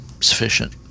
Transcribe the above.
sufficient